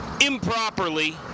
improperly